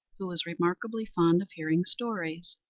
who was remarkably fond of hearing stories.